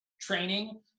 training